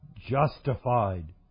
justified